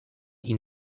ihn